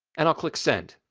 and i'll click send.